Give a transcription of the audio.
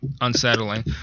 unsettling